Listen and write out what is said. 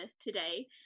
today